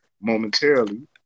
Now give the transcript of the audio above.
momentarily